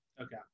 Okay